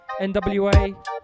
NWA